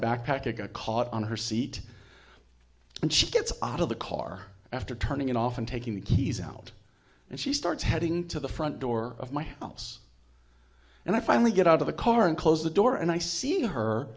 backpack to get caught on her seat and she gets out of the car after turning it off and taking the keys out and she starts heading to the front door of my house and i finally get out of the car and close the door and i see her